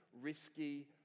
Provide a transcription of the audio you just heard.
risky